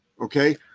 Okay